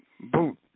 boot